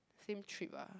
same trip ah